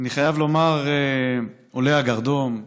אני חייב לומר, עולי הגרדום,